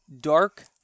dark